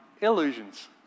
illusions